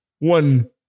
one